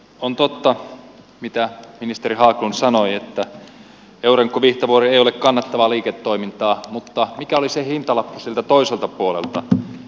on totta mitä ministeri haglund sanoi että eurenco vihtavuori ei ole kannattavaa liiketoimintaa mutta mikä oli hintalappu siltä toiselta puolelta